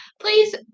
please